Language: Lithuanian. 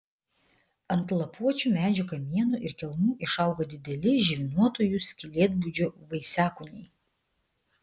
ant lapuočių medžių kamienų ir kelmų išauga dideli žvynuotųjų skylėtbudžių vaisiakūniai